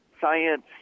science